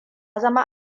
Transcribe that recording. zama